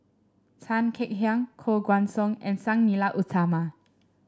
Tan Kek Hiang Koh Guan Song and Sang Nila Utama